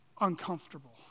uncomfortable